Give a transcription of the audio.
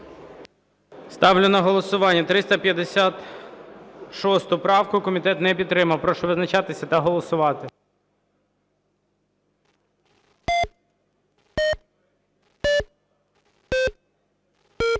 Ставлю на голосування 356 правку. Комітет не підтримав. Прошу визначатися та голосувати. 13:12:55